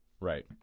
Right